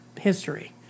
history